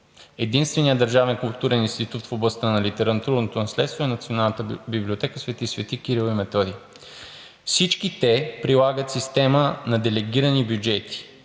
Единственият държавен културен институт в областта на литературното наследство е Националната библиотека „Св. св. Кирил и Методий“. Всички те прилагат система на делегирани бюджети,